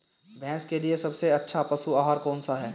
भैंस के लिए सबसे अच्छा पशु आहार कौनसा है?